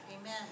Amen